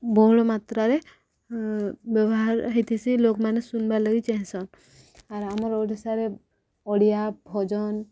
ବହୁଳ ମାତ୍ରାରେ ବ୍ୟବହାର ହେଇଥିସି ଲୋକମାନେ ଶୁଣବାର୍ ଲାଗି ଚାହିଁସନ୍ ଆର୍ ଆମର ଓଡ଼ିଶାରେ ଓଡ଼ିଆ ଭଜନ